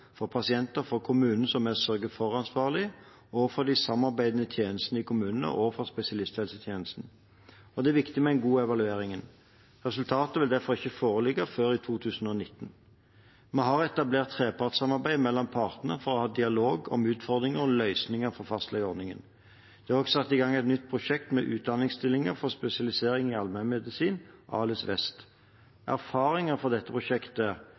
for pasienter, for kommunen som er sørge-for-ansvarlig, for de samarbeidende tjenestene i kommunene og for spesialisthelsetjenesten. Det er viktig med en god evaluering. Resultatet vil derfor ikke foreligge før i 2019. Vi har etablert trepartsamarbeid mellom partene for å ha dialog om utfordringer og løsninger for fastlegeordningen. Det er også satt i gang et nytt prosjekt med utdanningsstillinger for spesialisering i allmennmedisin, ALIS-Vest. Erfaringer fra dette prosjektet